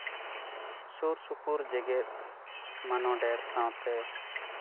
ᱥᱩᱨ ᱥᱩᱯᱩᱨ ᱡᱮᱜᱮᱛ ᱢᱟᱱᱣᱟ ᱰᱷᱮᱹᱨ ᱥᱟᱶᱛᱮ